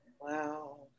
Wow